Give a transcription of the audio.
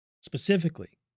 Specifically